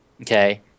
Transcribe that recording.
Okay